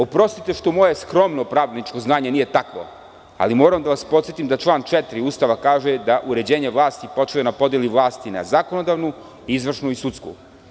Oprostite što moje skromno pravničko znanje nije takvo, ali moram da vas podsetim da član 4. Ustava kaže da uređenje vlasti počiva na podeli vlasti na zakonodavnu, izvršnu i sudsku.